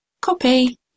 copy